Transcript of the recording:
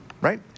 right